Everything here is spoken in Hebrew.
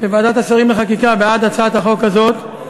בוועדת השרים לחקיקה בעד הצעת החוק הזאת,